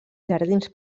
jardins